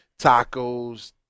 tacos